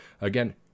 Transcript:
Again